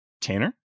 Tanner